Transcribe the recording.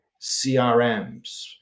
CRMs